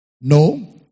No